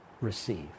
receive